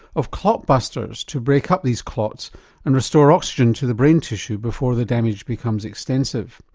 of clot busters to break up these clots and restore oxygen to the brain tissue before the damage becomes extensive.